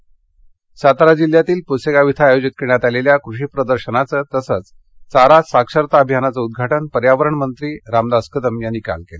plastic बंदी सातारा जिल्ह्यातील प्रसेगाव इथं आयोजित करण्यात आलेल्या कृषी प्रदर्शनाचं तसंच चारा साक्षरता अभियानाचं उद्घाटन पर्यावरण मंत्री रामदास कदम यांनी काल केलं